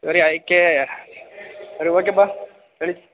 ಸರಿ ಅಯ್ಕೆ ಸರಿ ಓಕೆ ಬಾ ನಡಿ